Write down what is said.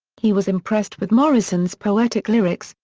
he was impressed with morrison's poetic lyrics,